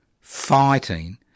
fighting